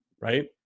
right